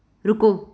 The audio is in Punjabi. ਰੁਕੋ